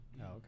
Okay